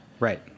Right